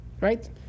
right